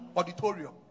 auditorium